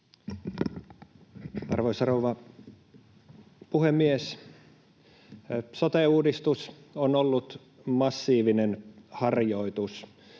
Arvoisa rouva puhemies! Sote-uudistus on ollut massiivinen harjoitus.